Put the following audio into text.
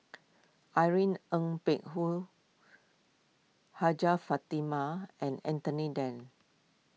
Irene Ng Phek Hoong Hajjah Fatimah and Anthony then